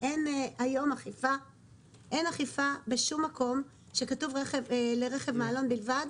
אין היום אכיפה בשום מקום שכתוב בו "לרכב מעלון בלבד".